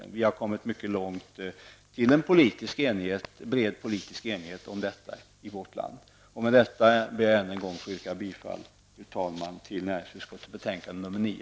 Vi har vårt land kommit mycket långt mot en bred politisk enighet om detta. Med detta, fru talman, ber jag att än en gång få yrka bifall till utskottets hemställan i näringsutskottets betänkande nr 9.